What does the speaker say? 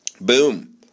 boom